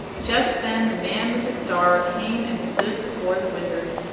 just then the man with the star came and stood before the wizard.